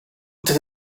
that